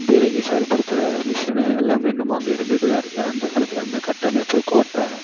பீரங்கி செயல்படுத்துற மிஷினு எல்லாமே இன்னும் அங்கே இருந்துட்டுதான் இருக்குது அந்தக் காலத்தில் இருந்த கட்டமைப்பு கோட்டை